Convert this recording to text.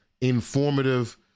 informative